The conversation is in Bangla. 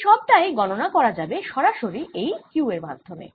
এই সবটাই গণনা করা যাবে সরাসরি এই q এর মাধ্যমে